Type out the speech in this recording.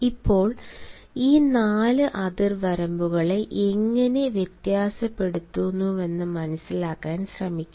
ഇപ്പോൾ ഈ 4 അതിർവരമ്പുകളെ എങ്ങനെ വ്യത്യാസപ്പെടുന്നുവെന്ന് മനസിലാക്കാൻ ശ്രമിക്കാം